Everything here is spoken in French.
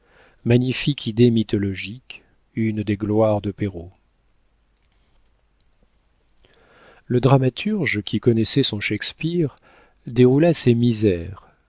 magnifique idée mythologique une des gloires de perrault le dramaturge qui connaissait son shakespeare déroula ses misères